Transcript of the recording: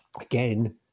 again